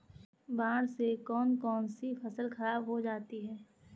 बाढ़ से कौन कौन सी फसल खराब हो जाती है?